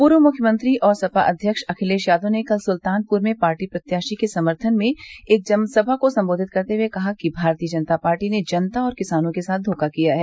पूर्व मुख्यमंत्री और सपा अध्यक्ष अखिलेश यादव ने कल सुल्तानपुर में पार्टी प्रत्याशी के समर्थन में एक जनसभा को संबोधित करते हुए कहा कि भारतीय जनता पार्टी ने जनता और किसानों के साथ धोखा किया है